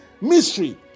mystery